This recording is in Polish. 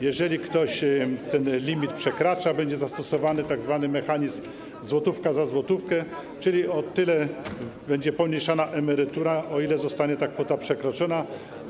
Jeżeli ktoś ten limit przekracza, będzie zastosowany tzw. mechanizm złotówka za złotówkę, czyli o tyle będzie pomniejszana emerytura, o ile zostanie ta kwota przekroczona.